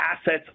assets